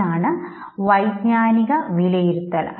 ഇതാണ് വൈജ്ഞാനിക വിലയിരുത്തൽ